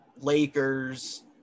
Lakers